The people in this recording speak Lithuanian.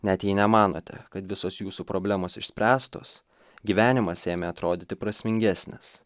net jei nemanote kad visos jūsų problemos išspręstos gyvenimas ėmė atrodyti prasmingesnis